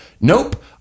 nope